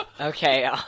okay